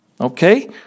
Okay